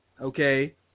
okay